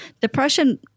depression